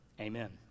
Amen